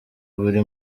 buri